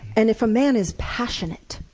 and if a man is passionate,